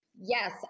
Yes